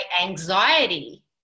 anxiety